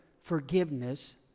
forgiveness